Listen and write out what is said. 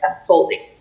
unfolding